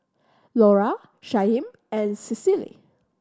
Lora Shyheim and Cicely